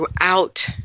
throughout